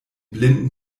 blinden